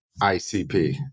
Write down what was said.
ICP